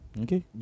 Okay